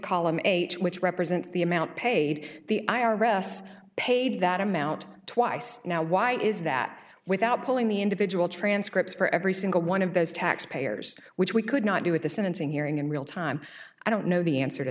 eight which represents the amount paid the i r s paid that amount twice now why is that without pulling the individual transcripts for every single one of those tax payers which we could not do at the sentencing hearing in real time i don't know the answer to